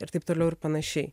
ir taip toliau ir panašiai